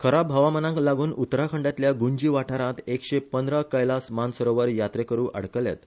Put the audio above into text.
खराब हवामानक लागून उत्तराखंडातल्या गुंजी वाठारात एकशे पंदरा कैलास मानसरोवर यात्रेकरु आडकल्यात